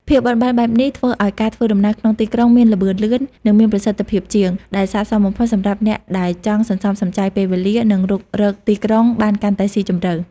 ភាពបត់បែននេះធ្វើឱ្យការធ្វើដំណើរក្នុងទីក្រុងមាន ល្បឿនលឿន និងមានប្រសិទ្ធភាពជាង ដែលស័ក្តិសមបំផុតសម្រាប់អ្នកដែលចង់សន្សំសំចៃពេលវេលា និងរុករកទីក្រុងបានកាន់តែស៊ីជម្រៅ។